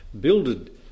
builded